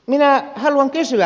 minä haluan kysyä